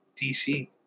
DC